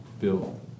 Bill